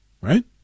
right